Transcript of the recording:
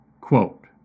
Quote